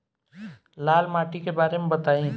लाल माटी के बारे में बताई